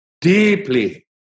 deeply